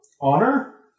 Honor